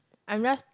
unless